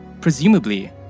Presumably